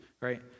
right